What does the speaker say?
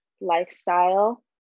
lifestyle